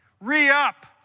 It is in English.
Re-up